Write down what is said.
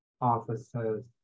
officers